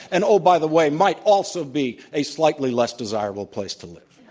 and oh, by the way, might also be a slightly less desirable place to live.